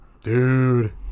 Dude